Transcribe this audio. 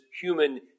human